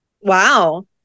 Wow